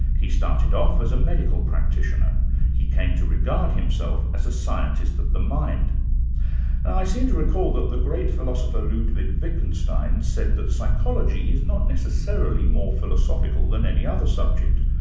he started off as a medical practitioner he came to regard himself as a scientist of the mind. and i seem to recall that the great philosopher ludwig wittgenstein said that psychology is not necessarily more philosophical than any other subject,